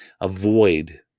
avoid